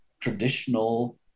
traditional